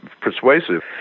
persuasive